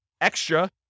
extra